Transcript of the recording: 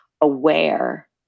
aware